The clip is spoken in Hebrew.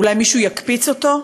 אולי מישהו יקפיץ אותו?